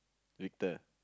Victor